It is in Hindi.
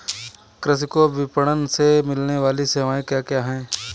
कृषि को विपणन से मिलने वाली सेवाएँ क्या क्या है